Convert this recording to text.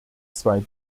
zwei